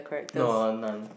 no none